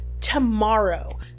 tomorrow